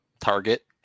target